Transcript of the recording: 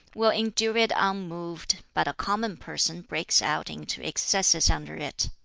will endure it unmoved, but a common person breaks out into excesses under it.